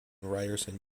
ryerson